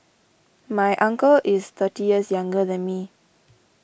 my uncle is thirty years younger than me